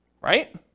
right